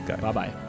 Bye-bye